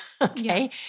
Okay